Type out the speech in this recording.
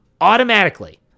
automatically